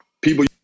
people